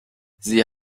sie